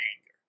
anger